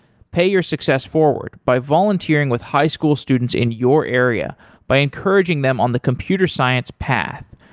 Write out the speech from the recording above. pay your success forward by volunteering with high school students in your area by encouraging them on the computer science path.